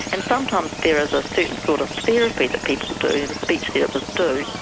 and sometimes there is a certain sort of therapy that people do, that speech therapists do,